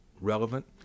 relevant